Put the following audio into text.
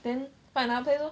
then find another place lor